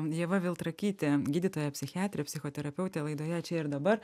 ieva viltrakytė gydytoja psichiatrė psichoterapeutė laidoje čia ir dabar